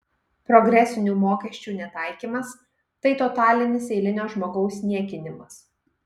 progresinių mokesčių netaikymas tai totalinis eilinio žmogaus niekinimas